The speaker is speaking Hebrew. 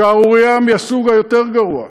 שערורייה מהסוג היותר גרוע,